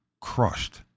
crushed